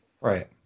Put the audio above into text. Right